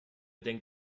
denkt